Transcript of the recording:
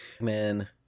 man